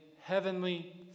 heavenly